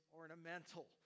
ornamental